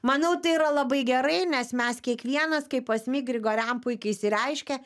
manau tai yra labai gerai nes mes kiekvienas kaip asmik grigorian puikiai išsireiškė